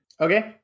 Okay